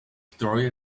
victoria